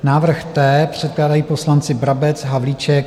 Návrh T. Předkládají poslanci Brabec, Havlíček.